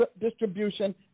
distribution